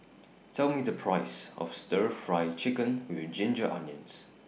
Tell Me The Price of Stir Fry Chicken with Ginger Onions